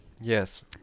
yes